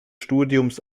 studiums